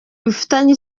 bifitanye